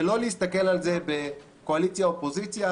ולא להסתכל על זה בקואליציה אופוזיציה,